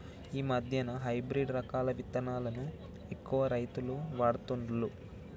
ఈ మధ్యన హైబ్రిడ్ రకాల విత్తనాలను ఎక్కువ రైతులు వాడుతుండ్లు